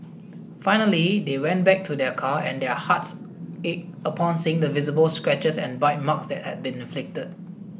finally they went back to their car and their hearts ached upon seeing the visible scratches and bite marks that had been inflicted